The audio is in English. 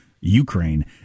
Ukraine